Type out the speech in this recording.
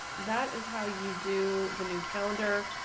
that is how you do the new calendar,